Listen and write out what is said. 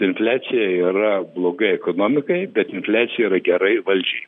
infliacija yra blogai ekonomikai bet infliacija yra gerai valdžiai